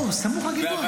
סמוך לגלבוע.